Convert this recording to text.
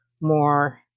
more